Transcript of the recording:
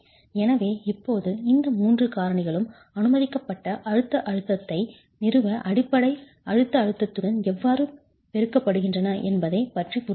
எனவே இப்போது இந்த மூன்று காரணிகளும் அனுமதிக்கப்பட்ட அழுத்த அழுத்தத்தை நிறுவ அடிப்படை அழுத்த அழுத்தத்துடன் எவ்வாறு பெருக்கப்படுகின்றன என்பதைப் பற்றிய புரிதல் உள்ளது